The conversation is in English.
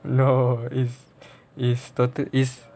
no is is the third list